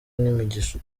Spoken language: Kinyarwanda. n’imigisha